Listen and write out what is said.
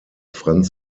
franz